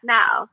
now